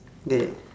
K